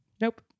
Nope